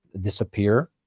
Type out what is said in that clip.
disappear